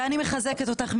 אני מחזקת אותך,